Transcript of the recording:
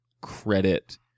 credit